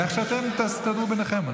איך שאתם תסתדרו ביניכם.